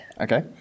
Okay